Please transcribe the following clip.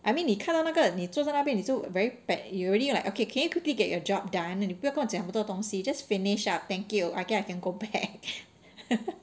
I mean 你看到那个你坐在那边你就 very ba~ you already like okay can you quickly get your job done and 你不要跟我讲那么多东西 just finish up thank you okay I can go back